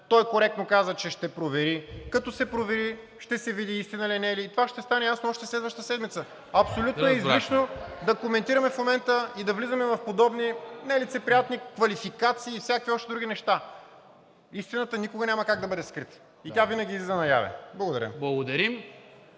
Той коректно каза, че ще провери. Като се провери, ще се види истина ли е, не е ли. Това ще стане ясно още следващата седмица. Абсолютно е излишно да коментираме в момента и да влизаме в подобни нелицеприятни квалификации и всякакви още други неща. Истината никога няма как да бъде скрита и тя винаги излиза наяве. Благодаря.